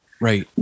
Right